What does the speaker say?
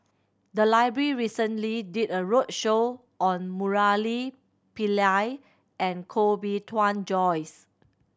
the library recently did a roadshow on Murali Pillai and Koh Bee Tuan Joyce